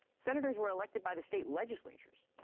senators were elected by the state legislatures.